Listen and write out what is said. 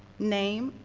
name,